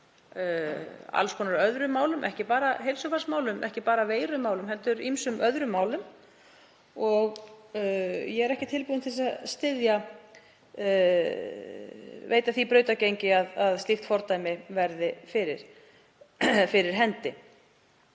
alls konar öðrum málum, ekki bara heilsufarsmálum og ekki bara veirumálum heldur ýmsum öðrum málum. Ég er ekki tilbúin til að veita því brautargengi að slíkt fordæmi verði fyrir hendi